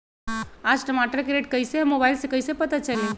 आज टमाटर के रेट कईसे हैं मोबाईल से कईसे पता चली?